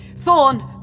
Thorn